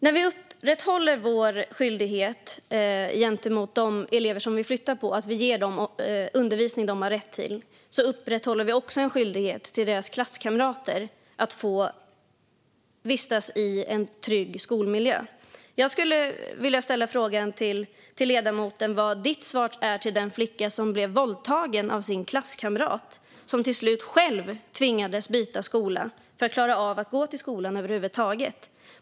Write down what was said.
Fru talman! När vi uppfyller vår skyldighet till de elever vi flyttar på genom att ge dem den undervisning de har rätt till uppfyller vi också vår skyldighet till deras klasskamrater att de ska få vistas i en trygg skolmiljö. Vad är ledamotens svar till den flicka som blev våldtagen av sin klasskamrat och som till slut själv tvingades byta skola för att klara av att över huvud taget gå till skolan?